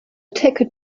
ticket